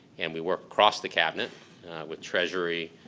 and we work across the cabinet with treasury,